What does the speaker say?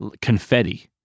confetti